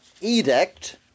edict